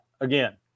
again